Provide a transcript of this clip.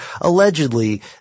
Allegedly